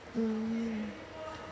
mm